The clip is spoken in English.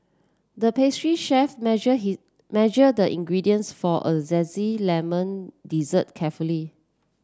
the pastry chef measured measured the ingredients for a zesty lemon dessert carefully